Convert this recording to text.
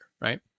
right